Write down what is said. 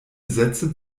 sätze